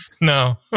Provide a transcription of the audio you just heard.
No